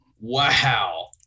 Wow